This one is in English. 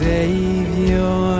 Savior